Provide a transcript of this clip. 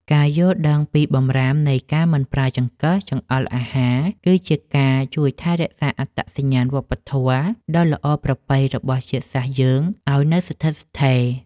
ការយល់ដឹងអំពីបម្រាមនៃការមិនប្រើចង្កឹះចង្អុលអាហារគឺជាការជួយថែរក្សាអត្តសញ្ញាណវប្បធម៌ដ៏ល្អប្រពៃរបស់ជាតិសាសន៍យើងឱ្យនៅស្ថិតស្ថេរ។